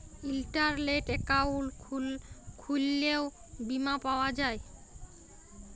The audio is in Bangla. ইলটারলেট একাউল্ট খুইললেও বীমা পাউয়া যায়